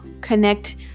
connect